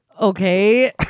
Okay